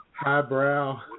highbrow